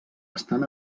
estan